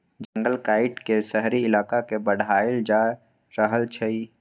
जंगल काइट के शहरी इलाका के बढ़ाएल जा रहल छइ